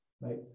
right